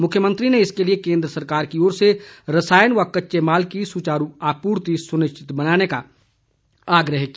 मुख्यमंत्री ने इसके लिए केंद्र सरकार की ओर से रसायन व कच्चे माल की सुचारू आपूर्ति सुनिश्चित बनाने का आग्रह किया